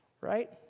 right